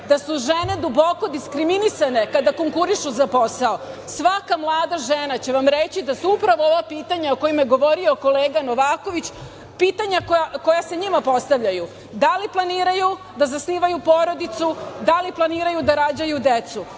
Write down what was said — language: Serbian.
da su žene duboko diskriminisane kada konkurišu za posao. Svaka mlada žena će vam reći da su upravo ova pitanja o kojima je govorio kolega Novaković pitanja koja se njima postavljaju - da li planiraju da zasnivaju porodicu, da li planiraju da rađaju decu.